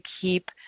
keep